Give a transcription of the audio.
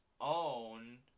own